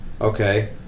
Okay